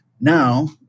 Now